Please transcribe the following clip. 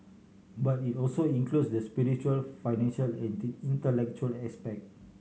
but it also includes the spiritual financial and intellectual aspect